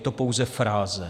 Je to pouze fráze.